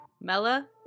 Mella